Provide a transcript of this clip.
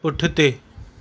पुठिते